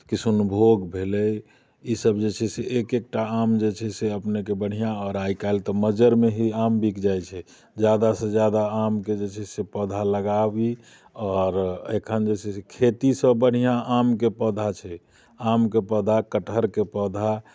किसुनभोग भेलै ईसभ जे छै से एक एकटा आम जे छै से अपनेके बढ़िआँ आ आइ काल्हि तऽ मज्जरमे ही आम बिक जाइत छै ज्यादासँ ज्यादा आमके जे छै से पौधा लगाबी आओर एखन जे छै से खेतीसँ बढ़िआँ आमके पौधा छै आमके पौधा कटहरके पौधा